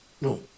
No